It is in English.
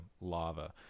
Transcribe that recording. lava